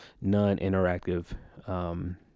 non-interactive